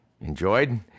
enjoyed